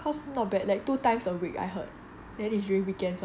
cause not bad like two times a week I heard then is during weekends [one]